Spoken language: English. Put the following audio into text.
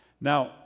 Now